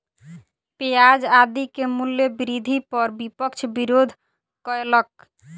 प्याज आदि के मूल्य वृद्धि पर विपक्ष विरोध कयलक